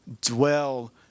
dwell